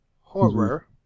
Horror